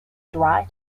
dry